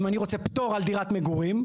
אם אני רוצה פטור על דירת מגורים,